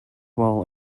well